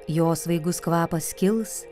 jo svaigus kvapas kils